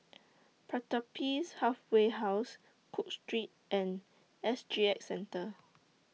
Pertapis Halfway House Cook Street and S G X Centre